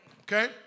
Okay